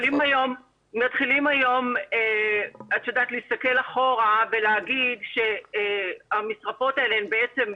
מתחילים היום להסתכל אחורה ולהגיד שהמשרפות האלה הן בעצם,